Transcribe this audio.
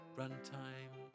runtime